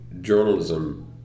journalism